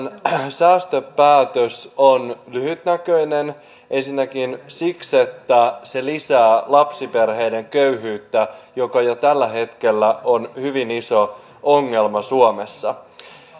säästöpäätös on lyhytnäköinen ensinnäkin siksi että se lisää lapsiperheiden köyhyyttä joka jo tällä hetkellä on hyvin iso ongelma suomessa tämän